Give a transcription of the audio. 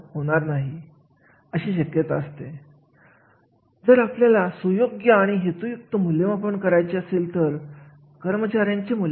कोणते कार्य कसे करावे त्याचे स्वरूप काय असेल ती नियमित असेल की तात्पुरत्या स्वरूपाचे असेल की वर्षातून एकदा हे कार्य असेल